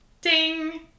Ding